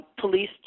police